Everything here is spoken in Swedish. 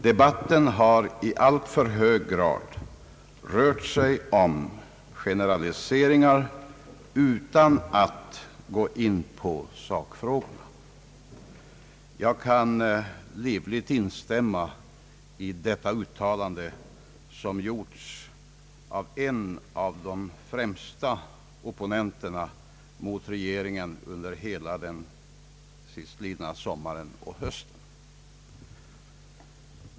Debatten har i alltför hög grad rört sig om generaliseringar utan att gå in på sakfrågorna». Jag kan livligt instämma i detta uttalande, som gjorts av en av de främsta opponenterna mot regeringen under hela den sistlidna sommaren och hösten.